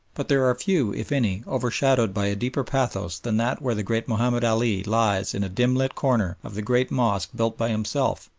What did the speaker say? but there are few, if any, overshadowed by a deeper pathos than that where the great mahomed ali lies in a dimly-lit corner of the great mosque built by himself,